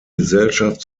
gesellschaft